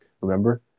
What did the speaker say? remember